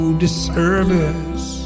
disservice